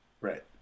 right